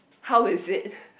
how is it